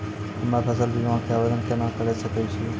हम्मे फसल बीमा के आवदेन केना करे सकय छियै?